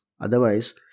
Otherwise